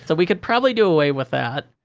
so we could probably do away with that.